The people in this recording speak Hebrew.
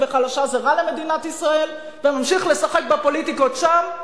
וחלשה זה רע למדינת ישראל וממשיך לשחק בפוליטיקות שם,